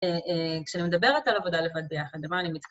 כשאני מדברת על עבודה לבד ביחד למה אני מת...